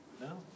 No